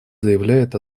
заявляет